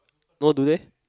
no do they